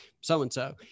so-and-so